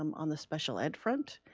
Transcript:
um on the special ed front,